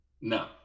No